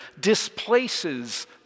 displaces